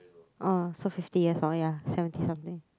oh so fifty years lor ya seventy something